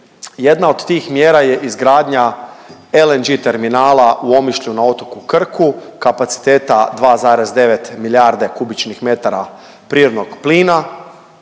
Jedna od tih mjera je izgradnja LNG terminala u Omišlju na otoku Krku, kapaciteta 2,9 milijarde kubičnih metara prirodnog plina.